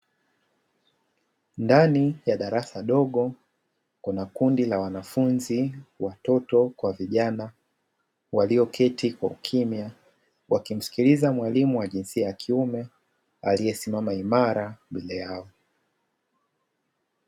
Ndani ya darasa dogo kuna kundi la wanafunzi, watoto kwa vijana walioketi kwa ukimya; wakimsikiliza mwalimu wa jinsia ya kiume aliyesimama imara mbele yao.